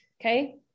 Okay